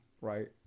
right